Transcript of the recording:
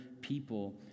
people